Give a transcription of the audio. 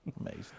Amazing